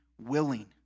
willing